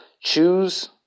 Choose